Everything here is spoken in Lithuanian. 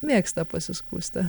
mėgsta pasiskųsti